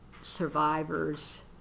survivors